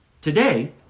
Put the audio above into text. Today